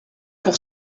pour